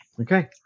Okay